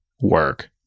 work